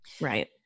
Right